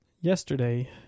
Yesterday